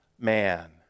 man